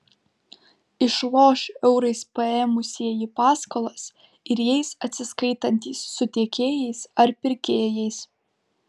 išloš eurais paėmusieji paskolas ir jais atsiskaitantys su tiekėjais ar pirkėjais